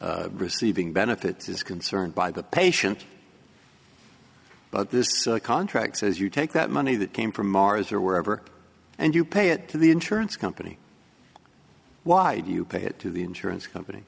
the receiving benefits is concerned by the patient but this contract says you take that money that came from mars or wherever and you pay it to the insurance company why'd you pay it to the insurance company